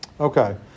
Okay